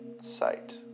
site